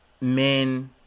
men